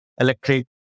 Electric